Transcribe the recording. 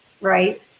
right